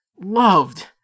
loved